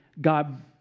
God